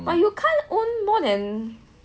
but you can't own more than